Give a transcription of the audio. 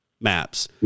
maps